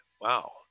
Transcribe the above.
wow